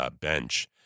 bench